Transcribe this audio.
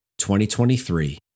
2023